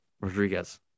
Rodriguez